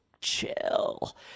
chill